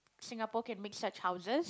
Singapore can make such houses